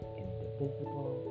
indivisible